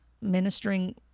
ministering